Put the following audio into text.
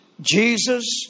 Jesus